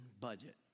budget